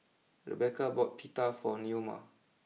Rebecca bought Pita for Neoma